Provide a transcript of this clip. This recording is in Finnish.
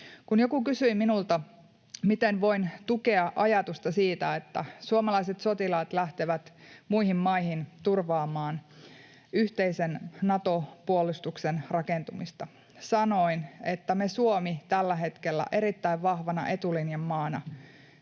Kun joku kysyi minulta, miten voin tukea ajatusta siitä, että suomalaiset sotilaat lähtevät muihin maihin turvaamaan yhteisen Nato-puolustuksen rakentumista, sanoin, että tällä hetkellä erittäin vahvana etulinjan maana